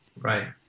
Right